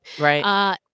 Right